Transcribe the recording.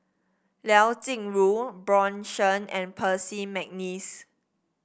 Liao Jingru Bjorn Shen and Percy McNeice